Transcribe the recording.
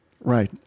Right